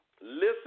Listen